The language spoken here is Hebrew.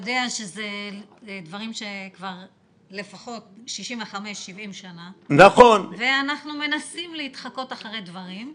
יודע שאלה דברים שהם כבר 70-65 שנה ואנחנו מנסים להתחקות אחרי דברים.